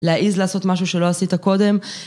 להעיז לעשות משהו שלא עשית קודם.